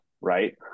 right